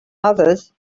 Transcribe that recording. others